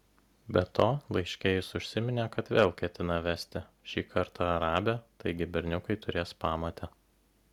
be to laiške jis užsiminė kad vėl ketina vesti šį kartą arabę taigi berniukai turės pamotę